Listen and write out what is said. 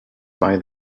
why